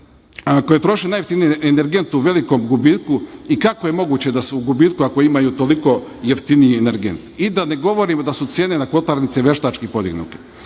koje troše najjeftinije energente u velikom gubitku i kako je moguće da su u gubitku ako imaju toliko jeftiniji energent i da ne govorimo da su cene kotlarnice veštački podignute. Znači,